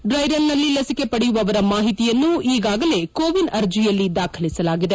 dry run ನಲ್ಲಿ ಲಸಿಕೆ ಪಡೆಯುವವರ ಮಾಹಿತಿಯನ್ನು ಈಗಾಗಲೇ ಕೋವಿನ್ ಆರ್ಜಿಯಲ್ಲಿ ದಾಖಲಿಸಲಾಗಿದೆ